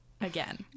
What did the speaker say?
again